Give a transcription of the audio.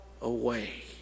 away